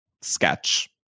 sketch